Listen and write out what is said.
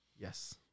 Yes